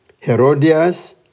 Herodias